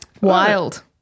Wild